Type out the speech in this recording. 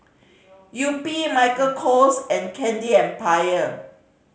Yupi Michael Kors and Candy Empire